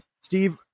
Steve